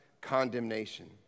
condemnation